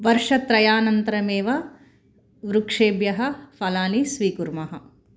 वर्षत्रयानन्तरमेव वृक्षेभ्यः फलानि स्वीकुर्मः